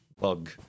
bug